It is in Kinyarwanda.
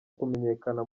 kumenyekana